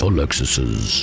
Alexis's